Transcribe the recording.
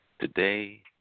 today